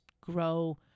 grow